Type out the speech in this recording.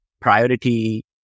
priority